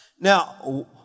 Now